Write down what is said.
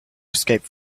escape